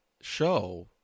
show